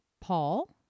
Paul